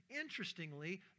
interestingly